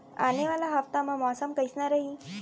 आने वाला हफ्ता मा मौसम कइसना रही?